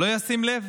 לא ישים לב